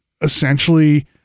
essentially